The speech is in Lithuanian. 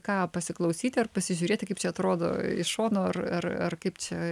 ką pasiklausyti ar pasižiūrėti kaip čia atrodo iš šono ar ar ar kaip čia